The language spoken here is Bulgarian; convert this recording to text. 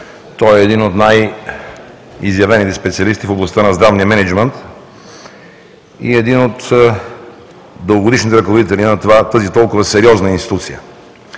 той е един от най-изявените специалисти по областта на здравния мениджмънт, и един от дългогодишните ръководители на тази толкова сериозна институция.